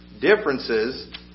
differences